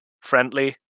friendly